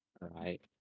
Right